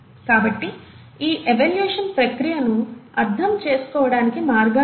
కాబట్టి ఈ ఎవల్యూషన్ ప్రక్రియను అర్థం చేసుకోవడానికి మార్గాలు ఉన్నాయి